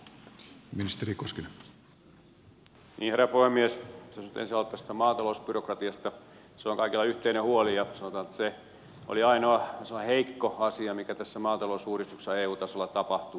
jos nyt ensin aloittaisi tästä maatalousbyrokratiasta se on kaikilla yhteinen huoli ja sanotaan että se oli ainoa sellainen heikko asia mikä tässä maatalousuudistuksessa eu tasolla tapahtuu